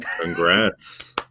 Congrats